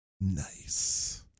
Nice